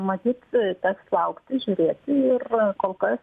matyt teks laukti žiūrėti ir kol kas